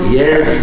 yes